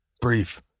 Brief